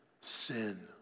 sin